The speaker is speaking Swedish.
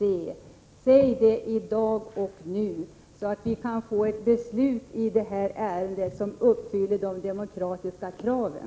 Tala om det i dag och nu, så att vii detta ärende kan fatta ett beslut, som innebär att man uppfyller de demokratiska kraven.